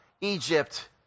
Egypt